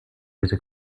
diese